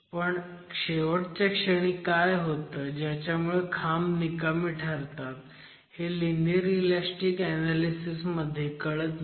पण शेवटच्या क्षणी काय होतं ज्याच्यामुळे खांब निकामी ठरतात हे लिनीयर इलॅस्टिक ऍनॅलिसिस मध्ये कळत नाही